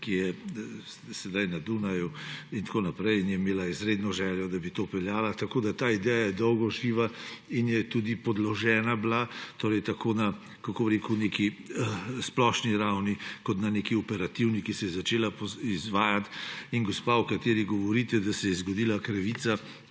ki je sedaj na Dunaju, in je imela izredno željo, da bi to peljala. Tako je ta ideja dolgo živa in je tudi podložena bila, kako bi rekel, na neki splošni ravni kot na neki operativni, ki se je začela izvajati, in gospa, o kateri govorite, da se ji je zgodila krivica,